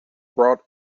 brought